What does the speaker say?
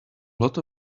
lot